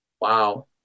Wow